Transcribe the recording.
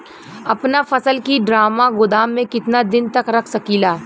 अपना फसल की ड्रामा गोदाम में कितना दिन तक रख सकीला?